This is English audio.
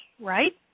right